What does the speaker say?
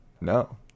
no